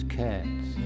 cats